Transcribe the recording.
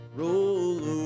roll